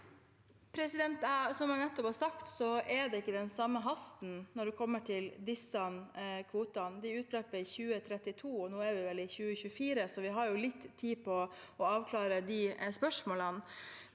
Som jeg nett- opp har sagt, er det ikke den samme hasten når det kommer til disse kvotene. De utløper i 2032, og nå er vi vel i 2024, så vi har litt tid på å avklare de spørsmålene.